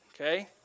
Okay